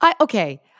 Okay